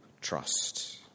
trust